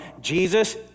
Jesus